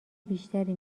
بیشتری